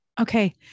Okay